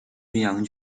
巡洋舰